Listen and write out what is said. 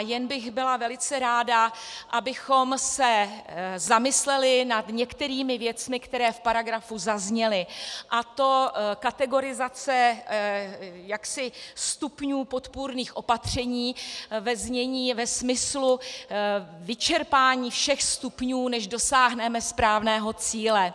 Jen bych byla velice ráda, abychom se zamysleli nad některými věcmi, které v paragrafu zazněly, a to kategorizace stupňů podpůrných opatření ve smyslu vyčerpání všech stupňů, než dosáhneme správného cíle.